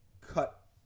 cut